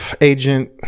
agent